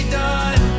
done